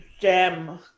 gem